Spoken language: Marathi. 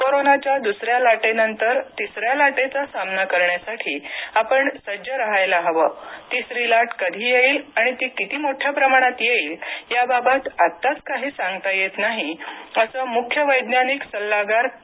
कोरोनाच्या दुसऱ्या लाटेनंतर तिसऱ्या लाटेचा सामना करण्यासाठी आपण सज्ज राहायला हवं तिसरी लाट कधी येईल आणि ती किती मोठ्या प्रमाणात येईल याबाबत आत्ताच काहीही सांगता येत नाही असं मुख्य वैज्ञानिक सल्लागार के